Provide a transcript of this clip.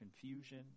confusion